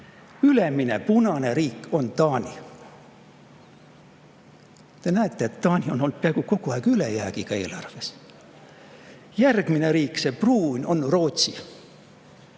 Ülemine, punane riik on Taani. Te näete, et Taanil on olnud peaaegu kogu aeg ülejäägiga eelarve. Järgmine riik, see pruun, on Rootsi.